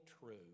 true